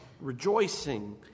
rejoicing